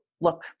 look